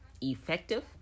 effective